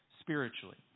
spiritually